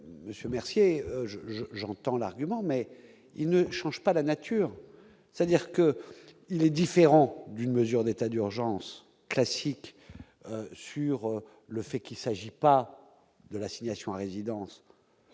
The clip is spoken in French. Monsieur Mercier, je, je, j'entends l'argument, mais il ne change pas la nature, c'est-à-dire que il est différent d'une mesure d'état d'urgence classiques sur le fait qu'il s'agit pas de l'assignation à résidence,